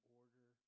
order